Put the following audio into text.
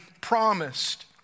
promised